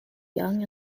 young